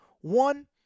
One